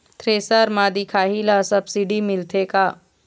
Thresher म दिखाही ला सब्सिडी मिलथे का?